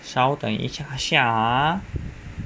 稍等一下下啊